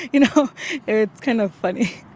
you know, it's kind of funny